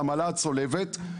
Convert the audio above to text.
העמלה הצולבת,